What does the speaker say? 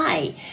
Hi